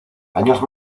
años